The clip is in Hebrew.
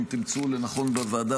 אם תמצאו לנכון בוועדה,